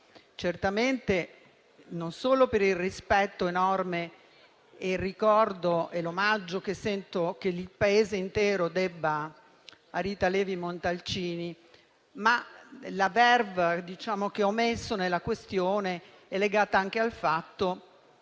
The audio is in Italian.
certamente non solo per il rispetto enorme, il ricordo e l'omaggio che sento che il Paese intero debba a Rita Levi Montalcini. La *verve* che ho messo nella questione, infatti, è legata anche al fatto che